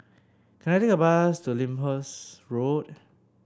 can I take a bus to Lyndhurst Road